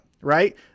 right